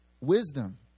Wisdom